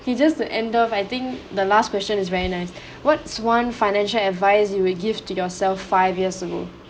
okay just the end of I think the last question is very nice what's one financial advice you would give to yourself five years ago